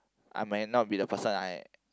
I might not be the person I